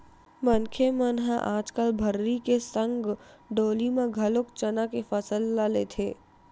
मनखे मन ह आजकल भर्री के संग डोली म घलोक चना के फसल ल लेथे